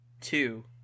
Two